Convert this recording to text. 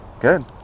Good